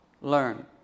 learn